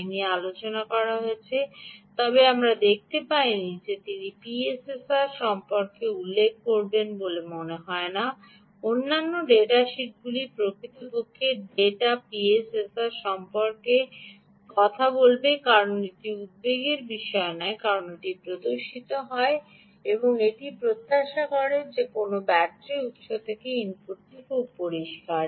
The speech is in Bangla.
যা আমরা আলোচনা করেছি তবে আমরা দেখতে পাইনি যে তিনি পিএসএসআর সম্পর্কে উল্লেখ করবেন বলে মনে হয় না অন্যান্য ডেটা শিটগুলি প্রকৃতপক্ষে ডেটা শিটে পিএসএসআর সম্পর্কে কথা বলবে কারণ এটি উদ্বেগের বিষয় নয় কারণ এটি প্রদর্শিত হয় এটি প্রত্যাশা করে যে কোনও ব্যাটারি উত্স থেকে ইনপুটটি খুব পরিষ্কার